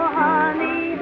honey